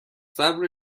صبر